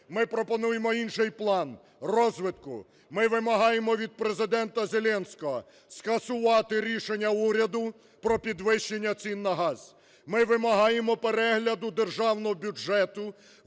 Ми пропонуємо інший план розвитку. Ми вимагаємо від Президента Зеленського скасувати рішення уряду про підвищення цін на газ. Ми вимагаємо перегляду Державного бюджету, вичистить